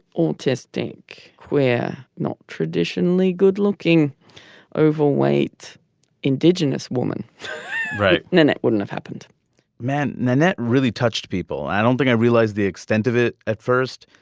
autistic. we're not traditionally good looking overweight indigenous woman right. and it wouldn't have happened man man that really touched people. i don't think i realised the extent of it at first.